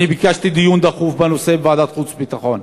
אני ביקשתי דיון דחוף בנושא בוועדת החוץ והביטחון.